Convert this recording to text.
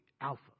alpha